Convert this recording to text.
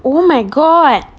oh my god